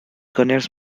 connects